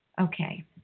Okay